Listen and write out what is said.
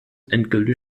endgültig